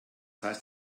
heißt